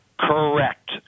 Correct